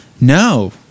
no